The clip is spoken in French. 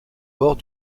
bord